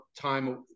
time